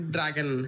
Dragon